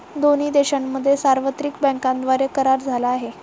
दोन्ही देशांमध्ये सार्वत्रिक बँकांद्वारे करार झाला आहे